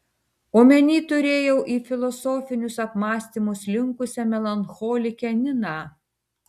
omeny turėjau į filosofinius apmąstymus linkusią melancholikę niną